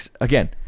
again